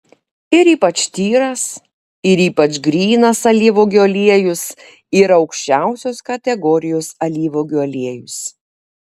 ir ypač tyras ir ypač grynas alyvuogių aliejus yra aukščiausios kategorijos alyvuogių aliejus